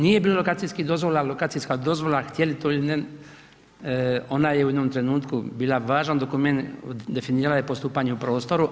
Nije bilo lokacijskih dozvola, lokacijska dozvola, htjeli to ili ne ona je u jednom trenutku bila važan dokument, definirala je postupanje u prostoru.